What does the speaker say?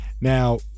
Now